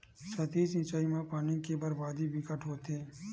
सतही सिचई म पानी के बरबादी बिकट होथे